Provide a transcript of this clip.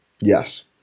Yes